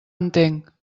entenc